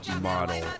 model